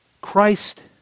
Christ